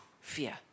Fear